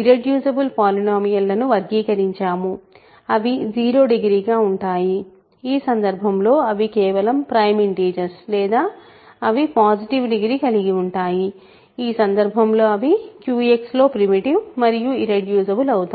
irreducible polynomial లను వర్గీకరించాము అవి 0 డిగ్రీ గా ఉంటాయి ఈ సందర్భంలో అవి కేవలం ప్రైమ్ ఇంటిజర్స్ లేదా అవి పాసిటీవ్ డిగ్రీ కలిగి ఉంటాయి ఈ సందర్భంలో అవి QX లో ప్రిమిటివ్ మరియు ఇర్రెడ్యూసిబుల్ అవుతాయి